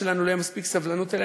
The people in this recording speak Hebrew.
שלנו לא תהיה מספיק סבלנות אלינו,